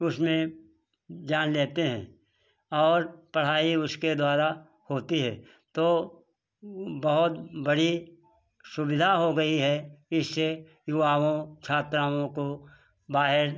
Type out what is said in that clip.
उसमें जान लेते हैं और पढ़ाई उसके द्वारा होती है तो बहुत बड़ी सुविधा हो गई है इससे युवाओं छात्राओं को बाहर